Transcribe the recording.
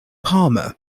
palmer